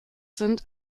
sind